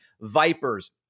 vipers